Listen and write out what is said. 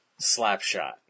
Slapshot